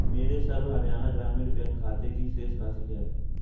मेरे सर्व हरियाणा ग्रामीण बैंक खाते की शेष राशि क्या है